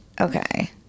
okay